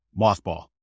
Mothball